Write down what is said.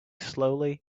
slowly